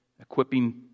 equipping